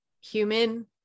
human